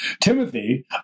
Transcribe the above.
Timothy